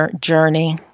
journey